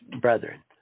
brethren